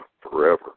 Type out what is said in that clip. forever